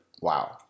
Wow